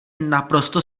naprosto